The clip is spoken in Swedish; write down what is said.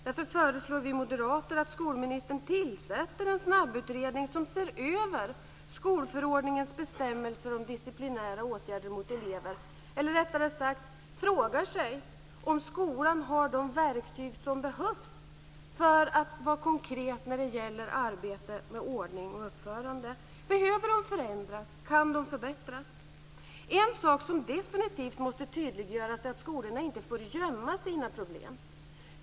Därför föreslår vi moderater att skolministern tillsätter en snabbutredning som ser över skolförordningens bestämmelser om disciplinära åtgärder mot elever, eller rättare sagt, som frågar sig om skolan har de verktyg som behövs för att vara konkret när det gäller arbete med ordning och uppförande. Behöver de förändras? Kan de förbättras? En sak som definitivt måste tydliggöras är att skolorna inte får gömma sina problem.